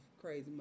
crazy